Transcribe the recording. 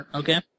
okay